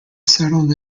settled